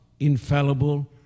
infallible